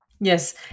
Yes